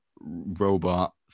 robot